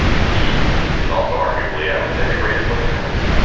he is also arguably, i would say, the greatest living american.